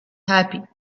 happy